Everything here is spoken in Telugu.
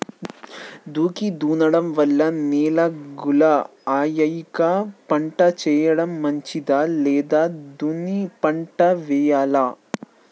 దుక్కి దున్నడం వల్ల నేల గుల్ల అయ్యాక పంట వేయడం మంచిదా లేదా దున్ని పంట వెయ్యాలా?